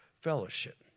fellowship